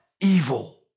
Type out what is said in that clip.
evil